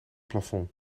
plafond